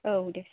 औ दे सार